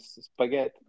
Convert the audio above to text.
spaghetti